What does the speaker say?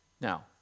Now